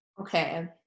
Okay